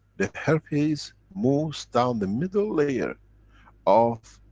the herpes moves down the middle layer of